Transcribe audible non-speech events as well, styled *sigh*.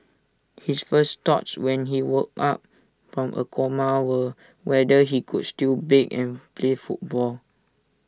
his first thoughts when he woke up from A coma were whether he could still bake and *noise* play football